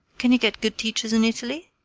can you get good teachers in italy?